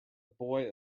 boy